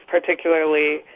particularly